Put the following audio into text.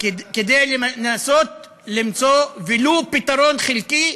כדי לנסות למצוא ולו פתרון חלקי.